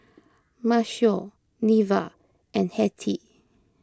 Maceo Neva and Hettie